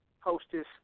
hostess